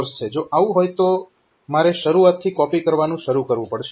જો આવું હોય તો મારે શરૂઆતથી કોપી કરવાનું શરૂ કરવું પડશે